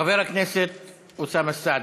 חבר הכנסת אוסאמה סעדי.